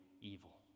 evil